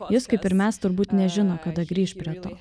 jis kaip ir mes turbūt nežino kada grįš prie to